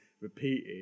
repeated